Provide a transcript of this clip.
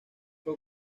fue